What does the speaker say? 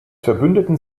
verbündeten